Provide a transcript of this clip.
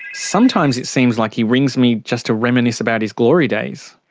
sometimes it seems like he rings me just to reminisce about his glory days.